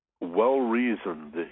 well-reasoned